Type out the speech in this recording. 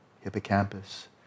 hippocampus